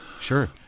Sure